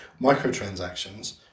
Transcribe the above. microtransactions